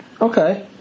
Okay